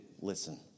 Listen